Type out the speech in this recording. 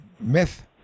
myth